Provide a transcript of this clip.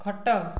ଖଟ